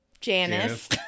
Janice